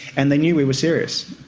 and they knew we were serious.